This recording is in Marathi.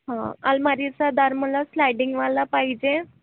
हां अलमारीचा दार मला स्लायडिंगवाला पाहिजे